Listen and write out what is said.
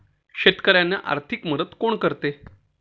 शेतकऱ्यांना आर्थिक मदत कोण करते?